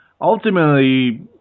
ultimately